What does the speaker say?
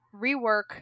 rework